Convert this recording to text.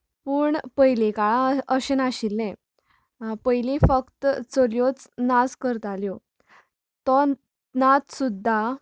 पूण पयलीं काळार अशें नाशिल्ले पयली फक्त चलयोच नाच करताल्यो तो नाच सुद्दां